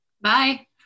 bye